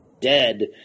dead